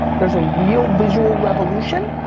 there's a real visual revolution.